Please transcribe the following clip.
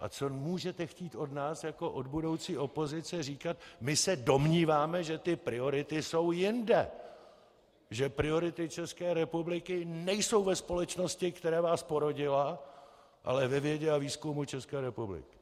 A co můžete chtít od nás jako od budoucí opozice říkat: My se domníváme, že priority jsou jinde, že priority České republiky nejsou ve společnosti, která vás porodila, ale ve vědě a výzkumu České republiky.